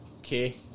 Okay